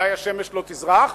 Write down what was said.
אולי השמש לא תזרח.